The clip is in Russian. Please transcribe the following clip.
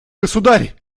государь